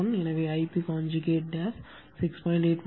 81 எனவே Ip conjugate 6